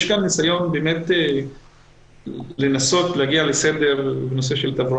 יש כאן ניסיון לנסות להגיע לסדר בתברואה,